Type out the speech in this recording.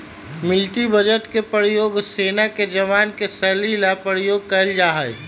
military budget के प्रयोग सेना के जवान के सैलरी ला प्रयोग कइल जाहई